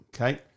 Okay